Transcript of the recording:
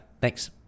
thanks